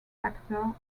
factor